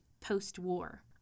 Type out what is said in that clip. post-war